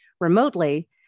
remotely